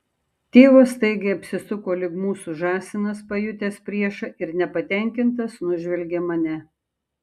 tėvas staigiai apsisuko lyg mūsų žąsinas pajutęs priešą ir nepatenkintas nužvelgė mane